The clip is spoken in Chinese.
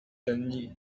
争议